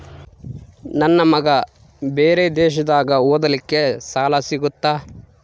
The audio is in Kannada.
ನನ್ನ ಮಗ ಬೇರೆ ದೇಶದಾಗ ಓದಲಿಕ್ಕೆ ಸಾಲ ಸಿಗುತ್ತಾ?